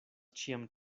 ĉiam